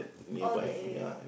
oh that area